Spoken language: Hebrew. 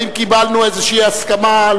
האם קיבלנו איזושהי הסכמה?